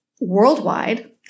worldwide